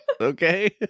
Okay